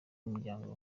n’umuryango